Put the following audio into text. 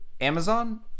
amazon